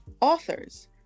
authors